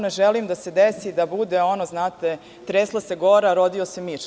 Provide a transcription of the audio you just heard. Ne želim da se desi da bude ono - tresla se gora, rodio se miš.